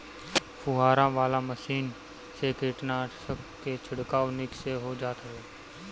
फुहारा वाला मशीन से कीटनाशक के छिड़काव निक से हो जात हवे